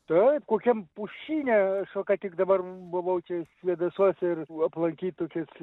taip kokiam pušyne aš va ką tik dabar buvau čia svėdasuose ir aplankyt tokias